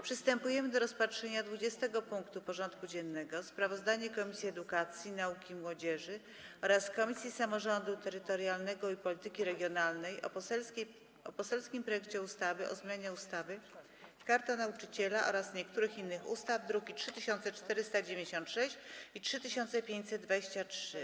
Przystępujemy do rozpatrzenia punktu 20. porządku dziennego: Sprawozdanie Komisji Edukacji, Nauki i Młodzieży oraz Komisji Samorządu Terytorialnego i Polityki Regionalnej o poselskim projekcie ustawy o zmianie ustawy Karta Nauczyciela oraz niektórych innych ustaw (druki nr 3496 i 3523)